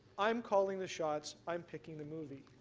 i'm calling the shots, i'm picking the movie.